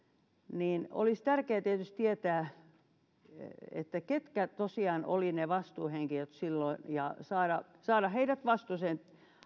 ja olisi tärkeää tietysti tietää ketkä tosiaan olivat ne vastuuhenkilöt silloin ja saada saada heidät vastuuseen